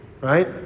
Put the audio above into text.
right